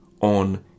on